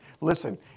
Listen